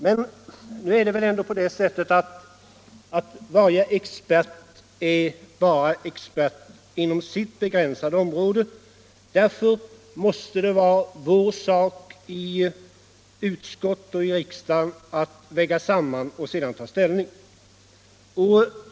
Men nu är det väl ändå på det sättet att varje expert endast är expert inom sitt begränsade område. Därför måste det vara vår sak att i utskott och i kammaren väga samman och sedan ta ställning.